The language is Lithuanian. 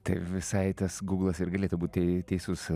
tai visai tas gūglas ir galėtų būti teisus